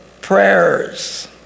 prayers